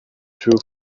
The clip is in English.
true